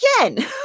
Again